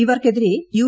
ഇവർക്കെതിരെ യു